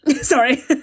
Sorry